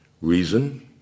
reason